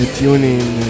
tuning